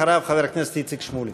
אחריו, חבר הכנסת איציק שמולי.